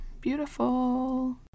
beautiful